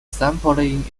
sampling